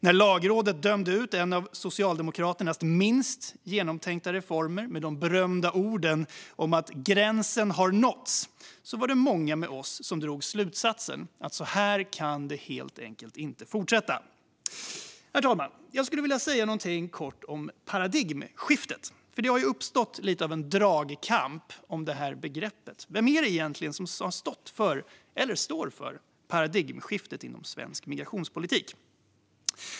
När Lagrådet dömde ut en av Socialdemokraternas minst genomtänkta reformer med de berömda orden om att gränsen hade nåtts var det många med oss som drog slutsatsen att det helt enkelt inte kunde fortsätta på det sättet. Herr talman! Jag skulle vilja säga något kort om paradigmskiftet, eftersom det har uppstått lite av en dragkamp om det begreppet. Vem är det egentligen som har stått för eller står för paradigmskiftet i svensk migrationspolitik?